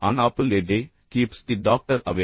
on apple a day keeps the doctor away